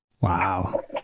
Wow